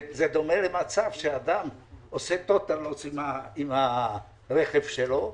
זה דומה למצב שאדם עושה טוטאל לוס עם הרכב שלו,